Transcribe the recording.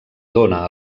dóna